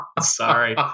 Sorry